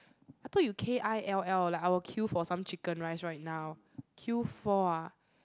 I thought you k_i_l_l like I will kill for some chicken rice right now kill for ah